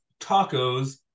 tacos